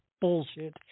bullshit